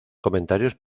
comentarios